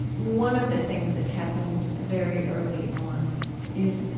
one of the things that happened very early on is,